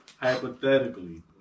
hypothetically